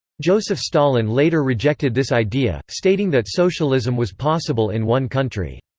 joseph stalin later rejected this idea, stating that socialism was possible in one country.